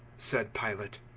said pilate.